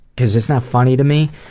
because it's not funny to me.